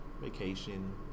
vacation